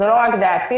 זו לא רק דעתי,